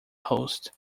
host